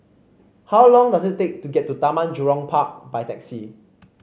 how long does it take to get to Taman Jurong Park by taxi